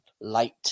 light